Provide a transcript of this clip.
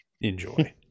Enjoy